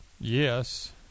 Yes